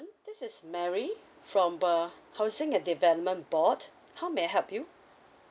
this is mary from the housing and development board how may I help you